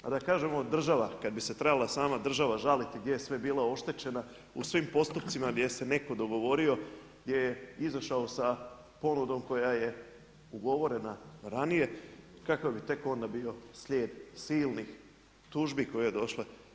Pa da kažemo država, kada bi se trebala sama država žaliti gdje je sve bila oštećena, u svim postupcima gdje se netko dogovorio, gdje je izašao sa ponudom koja je ugovorena ranije kakav bi tek onda bio slijed silnih tužbi koje su došle.